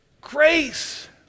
grace